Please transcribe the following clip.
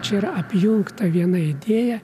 čia yra apjungta viena idėja